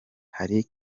hari